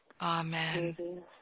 Amen